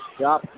job